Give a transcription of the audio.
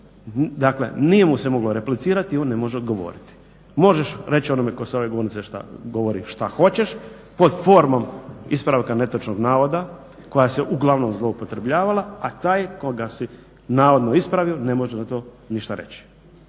dakle nije mu se moglo replicirati i on ne može odgovoriti. Možeš reć onome ko sa ove govornice šta hoćeš, pod formom ispravka netočnog navoda koja se uglavnom zloupotrebljavala, a taj koga si navodno ispravio ne može na to ništa reći.